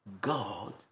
God